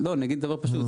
אני אגיד דבר פשוט,